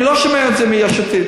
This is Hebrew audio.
אני לא שומע את זה מיש עתיד,